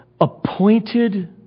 appointed